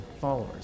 followers